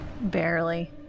Barely